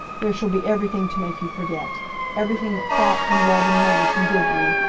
there shall be everything to make you forget everything that thought and love and money can give you.